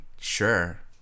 sure